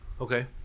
Okay